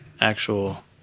actual